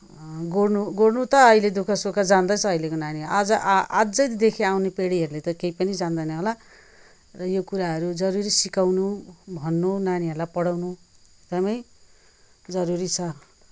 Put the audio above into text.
गोड्नु गोड्नु त अहिले दुःख सुख जान्दछ अहिलेको नानीहरूले आज आजैदेखि आउने पिँढीहरूले त केही पनि जान्दैन होला र यो कुराहरू जरुरी सिकाउनु भन्नु नानीहरूलाई पढाउनु एकदमै जरुरी छ